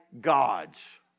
gods